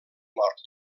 mort